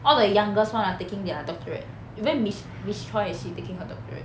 all the youngest one are taking their doctorate even miss miss chua is taking her doctorate